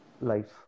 life